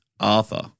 Arthur